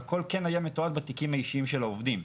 אבל הכול כן היה מתועד בתיקים האישיים של העובדים.